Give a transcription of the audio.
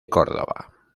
córdoba